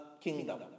kingdom